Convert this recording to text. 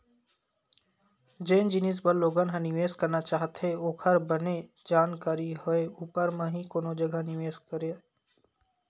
जेन जिनिस बर लोगन ह निवेस करना चाहथे ओखर बने जानकारी होय ऊपर म ही कोनो जघा निवेस करय